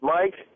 Mike